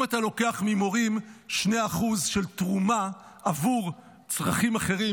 אם אתה לוקח ממורים שני אחוז של תרומה עבור צרכים אחרים,